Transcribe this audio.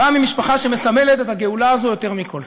בא ממשפחה שמסמלת את הגאולה הזו יותר מכול.